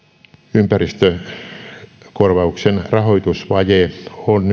ympäristökorvauksen rahoitusvaje on